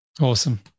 Awesome